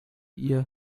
ihr